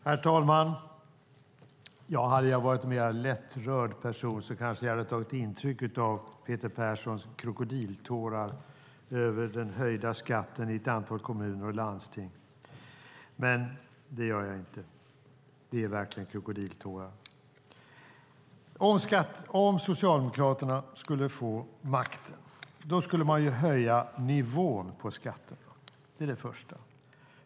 Herr talman! Hade jag varit en mer lättrörd person kanske jag hade tagit intryck av Peter Perssons krokodiltårar över den höjda skatten i ett antal kommuner och landsting. Men det gör jag inte. Det är verkligen krokodiltårar. Om Socialdemokraterna skulle få makten skulle man höja nivån på skatterna. Det är det första.